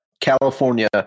California